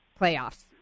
playoffs